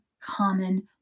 common